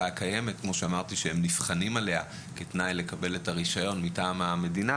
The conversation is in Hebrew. הקיימת שהם נבחנים עליה כתנאי לקבל את הרישיון מטעם המדינה.